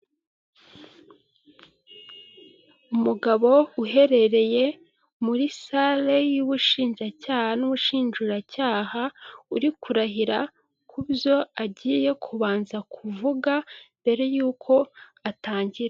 Kayibanda Gereguwari Perezida wa mbere w'u Rwanda, aho yabaye Perezida guhera mugihumbi kimwe maganacyenda mirongo itandatu na kabiri, kugeza mugihumbi kimwe maganacyenda na mirongo irindwi naga gatatu, yayoboye u' Rwanda rukibona ubwigenge barukuye mu maboko y'ababiligi.